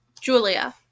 Julia